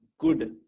Good